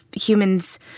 humans